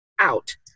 Out